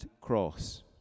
cross